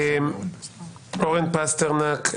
אורן פסטרנק,